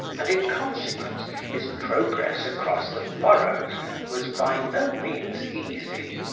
and in consequence his progress across the furrows was by no means easy.